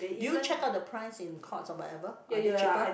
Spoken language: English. did you check out the price in Courts or whatever are they cheaper